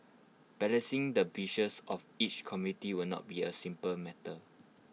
balancing the wishes of each community will not be A simple matter